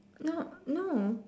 no no